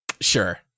Sure